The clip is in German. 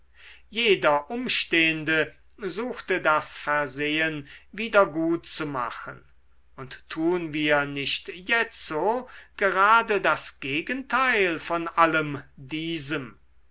jeder umstehende suchte das versehen wiedergutzumachen und tun wir nicht jetzo gerade das gegenteil von allem diesem